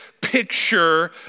picture